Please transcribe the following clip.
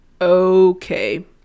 okay